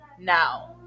now